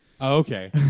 Okay